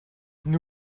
nous